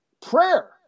prayer